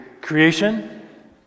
Creation